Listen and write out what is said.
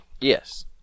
Yes